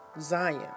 Zion